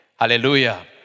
Hallelujah